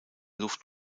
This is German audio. luft